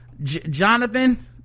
jonathan